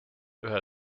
ühe